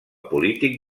polític